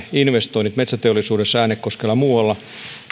investoinnit metsäteollisuudessa äänekoskella ja muualla